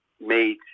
made